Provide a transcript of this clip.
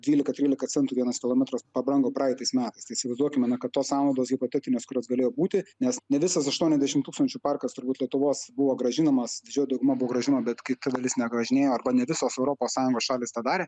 dvylika trylika centų vienas kilometras pabrango praeitais metais tai įsivaizduokime na kad tos sąnaudos hipotetinės kurios galėjo būti nes ne visas aštuoniasdešimt tūkstančių parkas turbūt lietuvos buvo grąžinamas didžioji dauguma buvo grąžinama bet kai dalis negrąžinėjo arba ne visos europos sąjungos šalys tą darė